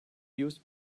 used